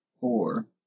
Four